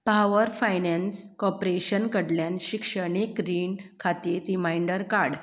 power Finance Corporation कडल्यान शिक्षणीक रीण खातीर रिमांयडर काड